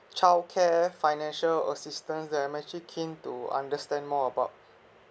childcare financial assistance that I'm actually keen to understand more about